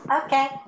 Okay